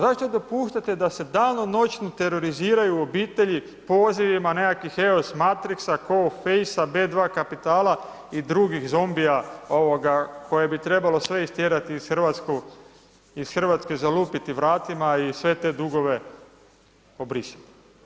Zašto dopuštate da se danonoćno teroriziraju obitelji pozivima nekakvih EOS Matrix, Kofejsa, B2 kapitala i drugih zombija koje bi trebalo sve istjerati iz RH, zalupiti vratima i sve te dugove obrisat.